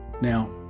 Now